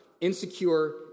insecure